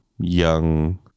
young